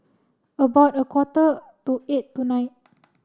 about a quarter to eight tonight